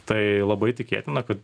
tai labai tikėtina kad